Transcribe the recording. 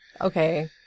Okay